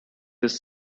this